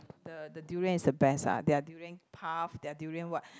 the the durian is the best ah their durian puff their durian what